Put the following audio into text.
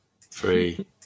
three